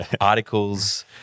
articles